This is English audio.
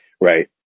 Right